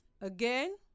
again